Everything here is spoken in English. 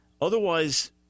otherwise